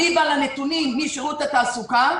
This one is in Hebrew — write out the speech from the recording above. אליבא לנתונים משירות התעסוקה,